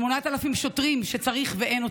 8,000 שוטרים שצריך ואין.